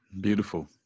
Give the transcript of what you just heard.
Beautiful